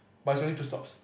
but it's only two stops